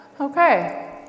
Okay